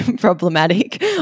problematic